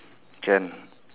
can